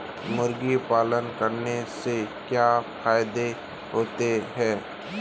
मुर्गी पालन करने से क्या फायदा होता है?